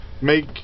make